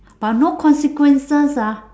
but no consequences ah